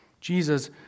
Jesus